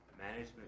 management